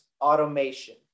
automation